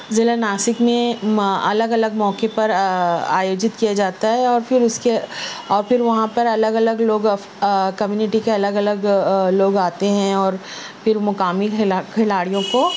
ضلع ناسک نے ما الگ الگ موقعے پر آیوجت کیا جاتا ہے اور پھر اس کے اور پھر وہاں پر الگ الگ لوگ اف کمیونٹی کے الگ الگ لوگ آتے ہیں اور پھر مقامی کھلاڑیوں کو